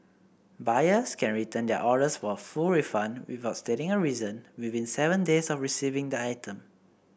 buyers can return their orders for a full refund without stating a reason within seven days of receiving the item